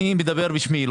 אני מדבר בשמי.